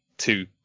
Two